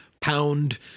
pound